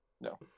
No